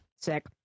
sick